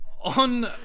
On